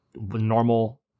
normal